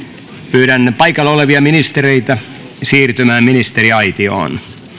pyydän paikalla olevia ministereitä siirtymään ministeriaitioon